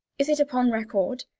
is it upon record,